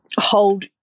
hold